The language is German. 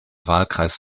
wahlkreis